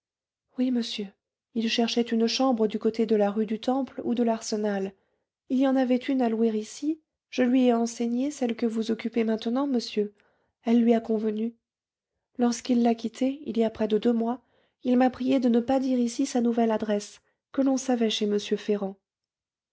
oui monsieur il cherchait une chambre du côté de la rue du temple ou de l'arsenal il y en avait une à louer ici je lui ai enseigné celle que vous occupez maintenant monsieur elle lui a convenu lorsqu'il l'a quittée il y a près de deux mois il m'a priée de ne pas dire ici sa nouvelle adresse que l'on savait chez m ferrand